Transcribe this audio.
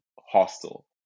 hostile